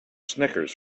snickers